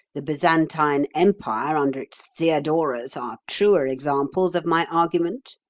the byzantine empire under its theodoras, are truer examples of my argument.